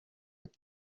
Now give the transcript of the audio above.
with